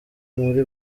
muri